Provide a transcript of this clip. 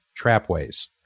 trapways